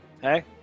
hey